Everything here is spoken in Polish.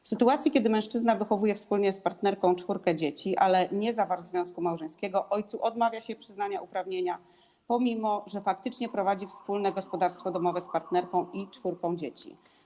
W sytuacji kiedy mężczyzna wychowuje wspólnie z partnerką czwórkę dzieci, ale nie zawarł związku małżeńskiego, ojcu odmawia się przyznania uprawnienia, pomimo że faktycznie prowadzi wspólne gospodarstwo domowe z partnerką i czwórką dzieci.